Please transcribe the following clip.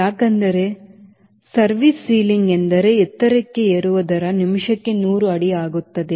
ಯಾಕೆಂದರೆ ಸೇವಾ ಸೀಲಿಂಗ್ ಎಂದರೆ ಎತ್ತರಕ್ಕೆ ಏರುವ ದರ ನಿಮಿಷಕ್ಕೆ ನೂರು ಅಡಿ ಆಗುತ್ತದೆ